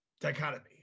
dichotomy